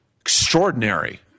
Extraordinary